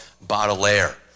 Baudelaire